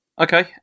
Okay